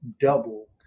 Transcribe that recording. double